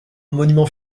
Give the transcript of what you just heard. monument